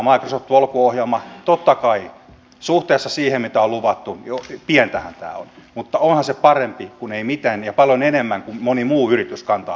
totta kai suhteessa siihen mitä on luvattu pientähän tämä on mutta onhan se parempi kuin ei mitään ja paljon enemmän kuin mitä moni muu yritys kantaa vastuutaan